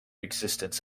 existence